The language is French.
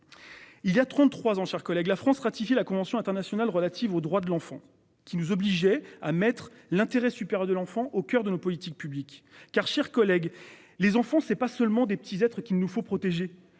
Il y a 33 ans, chers collègues. La France ratifie la Convention internationale relative aux droits de l'enfant qui nous obligeait à mettre l'intérêt supérieur de l'enfant au coeur de nos politiques publiques car chers collègues. Les enfants c'est pas seulement des petits être qu'il nous faut protéger